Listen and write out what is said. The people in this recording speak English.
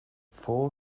four